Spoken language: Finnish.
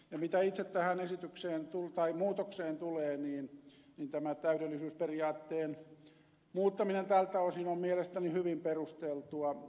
mitä itse tähän esitykseen tai muutokseen tulee niin tämä täydellisyysperiaatteen muuttaminen tältä osin on mielestäni hyvin perusteltua